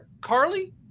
Carly